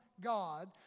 God